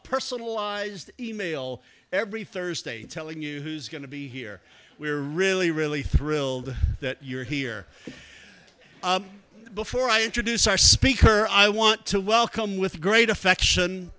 personalized email every thursday telling you who's going to be here we're really really thrilled that you're here before i introduce our speaker i want to welcome with great affection